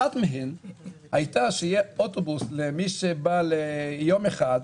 אחת מהן הייתה שיהיה אוטובוס למי שבא ליום אחד,